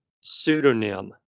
pseudonym